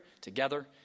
together